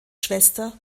schwester